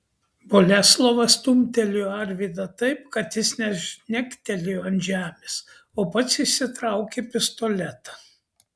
boleslovas stumtelėjo arvydą taip kad jis net žnektelėjo ant žemės o pats išsitraukė pistoletą